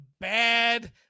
bad